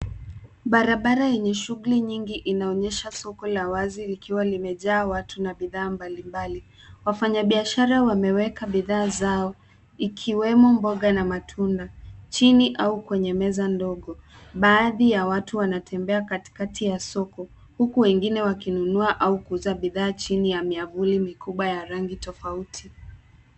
Barabara yenye shughuli nyingi inaonyesha soko la wazi likiwa limejaa watu na bidhaa mbalimbali. Wafanyabiashara wameweka bidhaa zao ikiwemo mboga na matunda chini au kwenye meza ndogo. Baadhi ya watu wanatembea katikati ya soko huku wengine wakinunua au kuuza bidhaa chini ya miavuli mikubwa ya rangi tofauti.